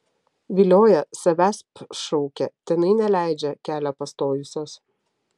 vilioja savęsp šaukia tenai neleidžia kelią pastojusios